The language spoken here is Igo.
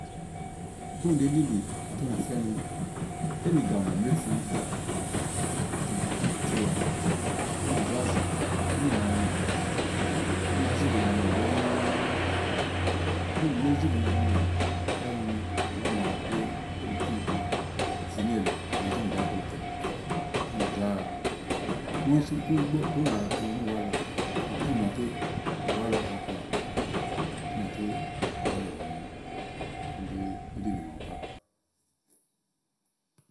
Ìgbɔ ùni ɖèè lìlì ùna fía ni eyi nì gàmɔ màa éyi fi ìí ɖa ètè ú nà tí wa ètè ù nà zé zìlí níì na nyoá. Ù nàá zì lì ina nyoà ɖɛɛ ígbɔ ùni mù ni éèzìlì ina nyoà ya ùú mu ni ùwà make éyi nìtì na ù ci néèle ù nàá zì mì ɖó akple kè tè ù nà zà tè ù nà wa tu nùwa lɔ. Iti maké ùwà lɔ ha kɔà tè ù nà tù ùwà lɔ zàa nyu. Ùni ɖi iɖinè màwu ka.